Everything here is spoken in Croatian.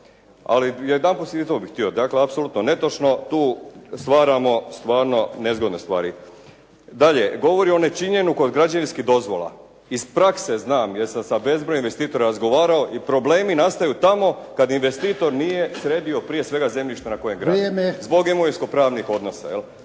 Ali jedanput i to bih htio. Dakle, apsolutno netočno. Tu stvaramo stvarno nezgodne stvari. Dalje, govori o nečinjenju kod građevinskih dozvola. Iz prakse znam, jer sam sa bezbroj investitora razgovarao i problemi nastaju tamo kad investitor nije sredio prije svega zemljište na kojem gradi… **Jarnjak, Ivan